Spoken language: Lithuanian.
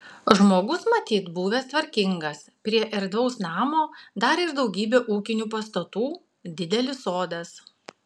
žmogus matyt buvęs tvarkingas prie erdvaus namo dar ir daugybė ūkinių pastatų didelis sodas